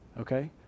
okay